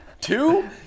Two